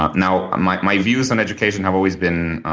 ah now my my views on education have always been